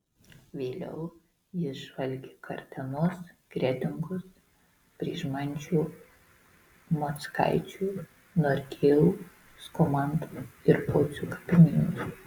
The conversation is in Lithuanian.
vėliau jis žvalgė kartenos kretingos pryšmančių mockaičių norgėlų skomantų ir pocių kapinynus